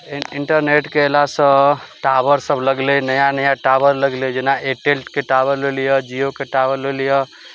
इन्टरनेटके अयलासँ टावर सभ लगलइ नया नया टावर लगलइ जेना एयरटेलके टावर लए लिअ जियोके टावर लए लअ